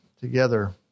together